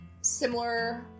similar